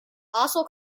also